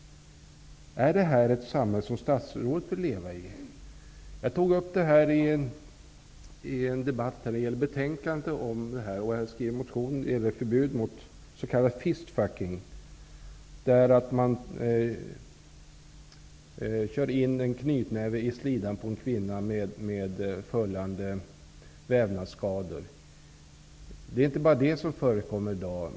Är det här ett samhälle som statsrådet vill leva i? Jag tog upp det här i debatten om betänkandet som behandlade min motion om förbud mot s.k. fistfucking; det är att man kör in en knytnäve i slidan på en kvinna med vävnadsskador som följd. Det är inte bara det som förekommer i dag.